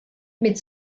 mit